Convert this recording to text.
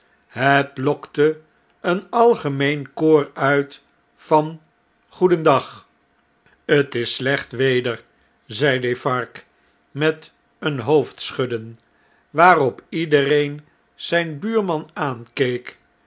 het lokte een algemeen koor uit van goedendag t is slecht weder zei defarge met een hoofdschudden waarop iedereen zjjn buurman aankeek